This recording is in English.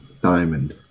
diamond